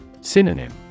Synonym